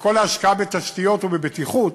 וכל ההשקעה בתשתיות ובבטיחות